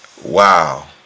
Wow